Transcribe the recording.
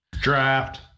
Draft